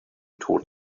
tot